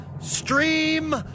Stream